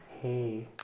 hey